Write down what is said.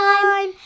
time